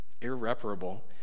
irreparable